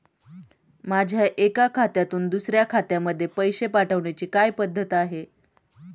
माझ्या एका खात्यातून दुसऱ्या खात्यामध्ये पैसे पाठवण्याची काय पद्धत आहे?